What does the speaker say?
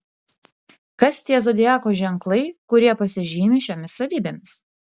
kas tie zodiako ženklai kurie pasižymi šiomis savybėmis